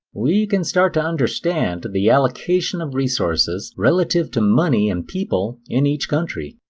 we can start to understand the allocation of resources, relative to money and people in each country.